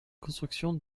construction